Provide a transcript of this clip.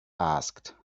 asked